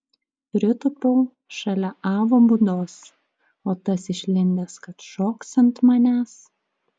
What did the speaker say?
pritūpiau šalia avo būdos o tas išlindęs kad šoks ant manęs